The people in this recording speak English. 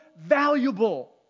valuable